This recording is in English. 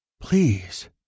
Please